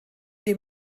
dem